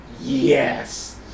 yes